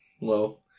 Low